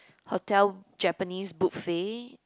hotel Japanese buffet